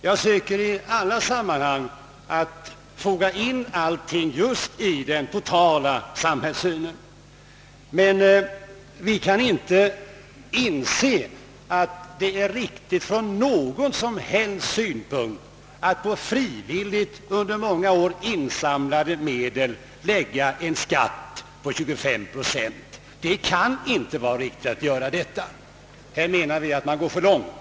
Jag söker i alla sammanhang foga in allting just i den totala samhällssynen, men vi kan inte inse att det är riktigt ur någon som helst synpunkt. att på frivilligt under många år insamlade medel lägga en skatt på 25 procent just när medlen skall användas. Det kan inte vara riktigt att göra så. Vi menar att det är att gå för långt.